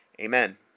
Amen